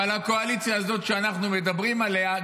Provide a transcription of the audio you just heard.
אבל הקואליציה הזאת שאנחנו מדברים עליה,